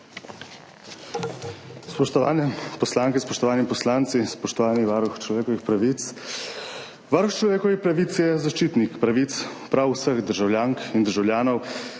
Spoštovane poslanke, spoštovani poslanci, spoštovani varuh človekovih pravic! Varuh človekovih pravic je zaščitnik pravic prav vseh državljank in državljanov.